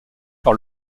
par